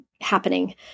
happening